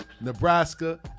Nebraska